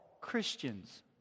Christians